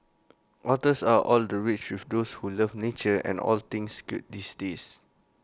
otters are all the rage with those who love nature and all things cute these days